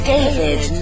David